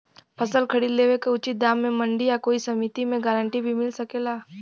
फसल खरीद लेवे क उचित दाम में मंडी या कोई समिति से गारंटी भी मिल सकेला?